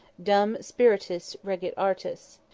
dum spiritus regit artus,